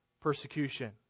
persecution